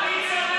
ההצעה